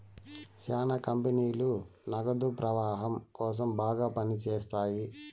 శ్యానా కంపెనీలు నగదు ప్రవాహం కోసం బాగా పని చేత్తాయి